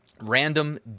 random